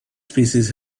species